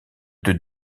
deux